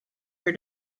your